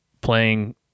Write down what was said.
playing